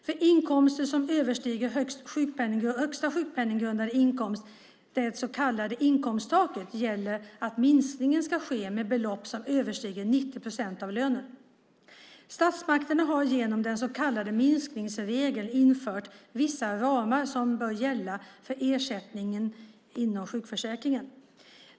För inkomster som överstiger högsta sjukpenninggrundande inkomst, det så kallade inkomsttaket, gäller att minskningen ska ske med belopp som överstiger 90 procent av lönen. Statsmakterna har genom den så kallade minskningsregeln infört vissa ramar som bör gälla för ersättningen inom sjukförsäkringen.